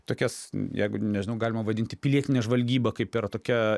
tokias jeigu nežinau galima vadinti pilietine žvalgyba kaip yra tokia